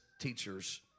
teachers